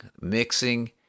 mixing